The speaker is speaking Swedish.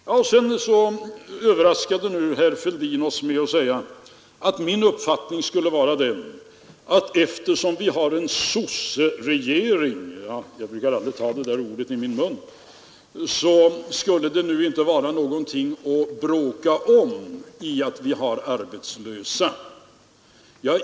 Herr Fälldin överraskade oss med att säga att min uppfattning skulle vara den att de arbetslösa, eftersom vi har en ”sosseregering” — jag brukar aldrig ta detta ord i min mun — inte skulle vara någonting att bråka om.